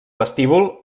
vestíbul